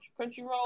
Crunchyroll